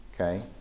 Okay